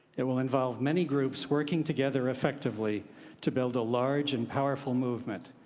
it will involve many groups working together effectively to build a large and powerful movement.